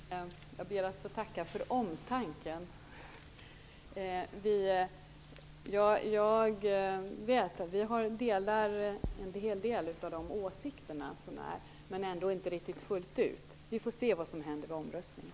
Herr talman! Jag ber att få tacka för omtanken. Jag delar en hel del av åsikterna men ändå inte riktigt fullt ut. Vi får se vad som händer vid omröstningen.